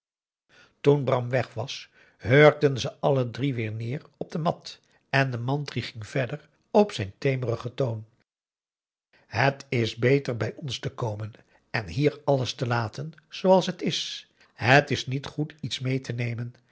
toen bram weg was hurkten ze alle drie weer neer op de mat en de mantri ging verder op zijn teemerigen toon et is beter bij ons te komen en hier alles te laten zooals het is het is niet goed iets mee te nemen